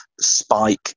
Spike